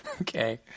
Okay